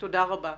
תודה רבה.